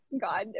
God